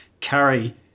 carry